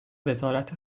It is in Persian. وزارت